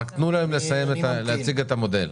רק תנו להם להציג את המודל.